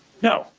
no.